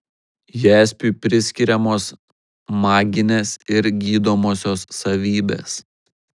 jaspiui priskiriamos maginės ir gydomosios savybės